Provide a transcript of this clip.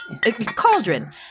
Cauldron